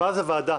ואז הוועדה,